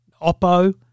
Oppo